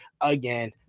again